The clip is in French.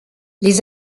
les